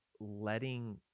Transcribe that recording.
letting